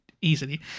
easily